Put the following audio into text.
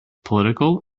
political